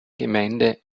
gemeinden